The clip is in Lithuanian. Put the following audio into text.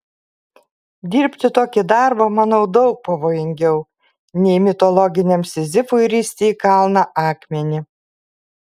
dirbti tokį darbą manau daug pavojingiau nei mitologiniam sizifui risti į kalną akmenį